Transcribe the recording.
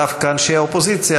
דווקא אנשי האופוזיציה,